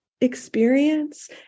experience